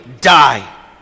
die